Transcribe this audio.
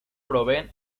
proveen